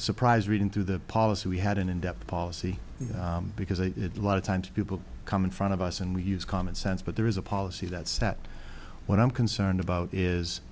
surprised reading through the policy we had an in depth policy because a lot of times people come in front of us and we use common sense but there is a policy that set what i'm concerned about is